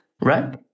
right